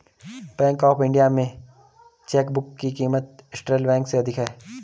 bank of India में chequebook की क़ीमत सेंट्रल बैंक से अधिक है